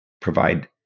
provide